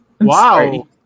Wow